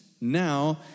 now